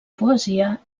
poesia